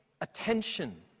attention